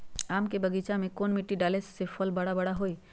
आम के बगीचा में कौन मिट्टी डाले से फल बारा बारा होई?